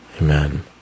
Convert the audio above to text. Amen